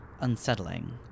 Unsettling